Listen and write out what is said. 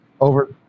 over